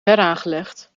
heraangelegd